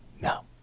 No